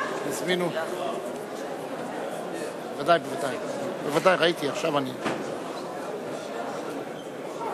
בשעה 17:17.) חברי חברי הכנסת, אני מחדש את ישיבת